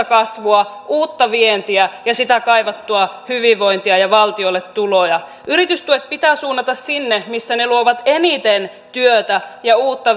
kasvua uutta vientiä ja sitä kaivattua hyvinvointia ja valtiolle tuloja yritystuet pitää suunnata sinne missä ne luovat eniten työtä ja uutta